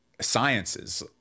sciences